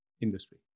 industry